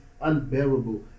unbearable